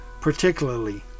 particularly